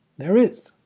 there is